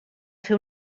fer